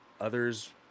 Others